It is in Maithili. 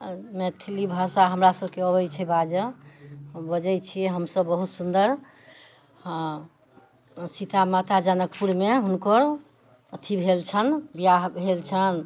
मैथिली भाषा हमरा सभकेँ अबैत छै बाजऽ बजैत छियै हम सभ बहुत सुंदर हँ सीता माता जनकपुरमे हुनकर अथि भेल छनि बिआह भेल छनि